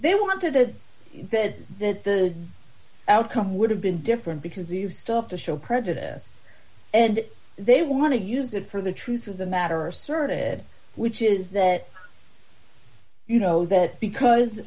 wanted that that the outcome would have been different because eve stuff to show prejudice and they want to use it for the truth of the matter asserted which is that you know that because